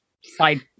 side